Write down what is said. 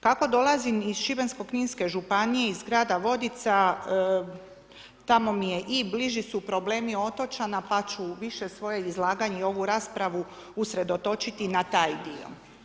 Kako dolazim iz Šibensko-kninske županije, iz grada Vodica, tamo mi je i bliži su problemi otočana pa ću više svoje izlaganje i ovu raspravu usredotočiti na taj dio.